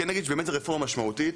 כן נגיד שזו רפורמה משמעותית.